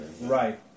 Right